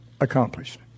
accomplished